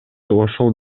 ошол